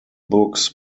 books